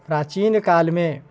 प्राचीन कालमे